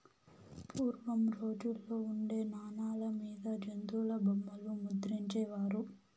పూర్వం రోజుల్లో ఉండే నాణాల మీద జంతుల బొమ్మలు ముద్రించే వారు